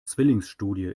zwillingsstudie